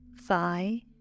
thigh